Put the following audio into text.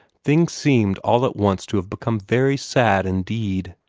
things seemed all at once to have become very sad indeed.